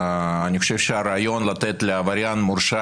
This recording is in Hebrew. אני חושב שהרעיון לתת לעבריין מורשע